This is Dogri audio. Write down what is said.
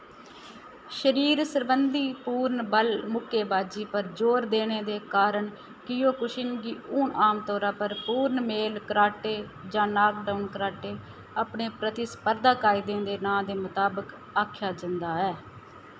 शरीर सरबंधी पूर्ण बल मुक्केबाजी पर जोर देने दे कारण कीयोकुशिन गी हून आमतौरा पर पूर्ण मेल कराटे जां नाकडाउन कराटे अपने प्रतिस्पर्धा कायदें दे नांऽ दे मताबक आखेआ जंदा ऐ